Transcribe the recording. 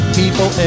people